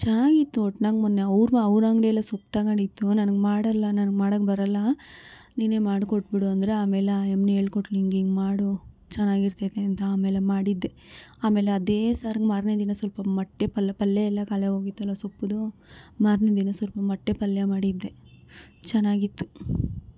ಚೆನ್ನಾಗಿತ್ತು ಒಟ್ನಾಗೆ ಮೊನ್ನೆ ಅವ್ರ ಅವ್ರಂಗಡಿಲ್ಲೇ ಸೊಪ್ಪು ತೊಗೊಂಡಿತ್ತು ನನಗೆ ಮಾಡೋಲ್ಲ ನನಗೆ ಮಾಡೋಕ್ಕೆ ಬರೋಲ್ಲ ನೀನೇ ಮಾಡ್ಕೊಟ್ಬಿಡು ಅಂದ್ರೆ ಆಮೇಲೆ ಆಯಮ್ನೇ ಏಳ್ಕೊಟ್ಳು ಹಿಂಗಿಂಗೆ ಮಾಡು ಚೆನ್ನಾಗಿರ್ತೈತೆ ಅಂತ ಆಮೇಲೆ ಮಾಡಿದ್ದೆ ಆಮೇಲೆ ಅದೇ ಸಾರು ಮಾರನೇ ದಿನ ಸ್ವಲ್ಪ ಮೊಟ್ಟೆ ಪಲ್ ಪಲ್ಯ ಎಲ್ಲ ಖಾಲಿಯಾಗೋಗಿತ್ತಲ್ಲ ಸೊಪ್ದು ಮಾರನೇ ದಿನ ಸ್ವಲ್ಪ ಮೊಟ್ಟೆ ಪಲ್ಯ ಮಾಡಿದ್ದೆ ಚೆನ್ನಾಗಿತ್ತು